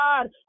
God